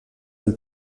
del